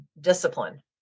discipline